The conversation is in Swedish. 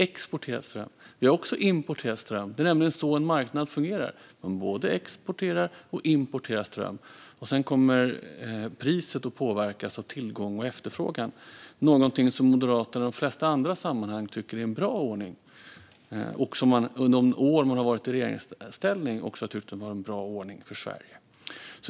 Vi har också importerat ström. Det är nämligen så en marknad fungerar: Man både exporterar och importerar ström, och sedan kommer priset att påverkas av tillgång och efterfrågan - något som Moderaterna i de flesta andra sammanhang tycker är en bra ordning och som man under de år man har varit i regeringsställning också har tyckt varit en bra ordning för Sverige.